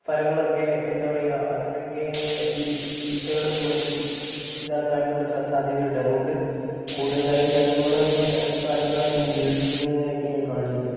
ഫലങ്ങളൊക്കെ എന്താ പറയുക അതൊക്കെ ഈ ഈച്ചകളും മറ്റും ഇതാക്കാനുള്ള സാധ്യതയുണ്ട് അതുകൊണ്ട് കൂടുതലായും ജൈവവളം അങ്ങനെ ആ ഇപ്പോൾ അധികം ആരും ഉപയോഗിക്കുന്നതായിട്ട് ഞാൻ കാണുന്നില്ല